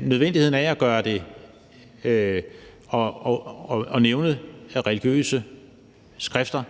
Nødvendigheden af at nævne religiøse skrifter